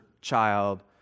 child